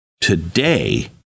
today